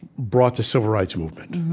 brought the civil rights movement.